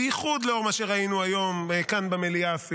בייחוד לאור מה שראינו היום אפילו כאן במליאה,